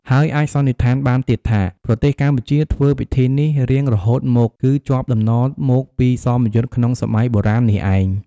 ហើយអាចសន្និដ្ឋានបានទៀតថា ប្រទេសកម្ពុជាធ្វើពិធីនេះរៀងរហូតមកគឺ ជាប់តំណមកពីសមយុទ្ធក្នុងសម័យបុរាណនេះឯង។